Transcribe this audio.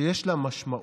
שיש לה משמעות